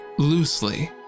Loosely